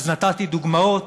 נתתי דוגמאות